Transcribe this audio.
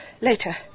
Later